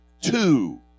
two